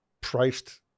priced